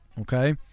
Okay